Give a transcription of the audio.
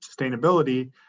sustainability